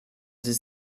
dix